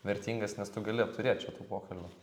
vertingas nes tu gali apturėt čia tų pokalbių